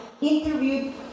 interviewed